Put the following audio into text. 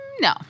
No